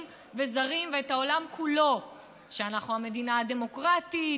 וזרים ואת העולם כולו שאנחנו המדינה הדמוקרטית,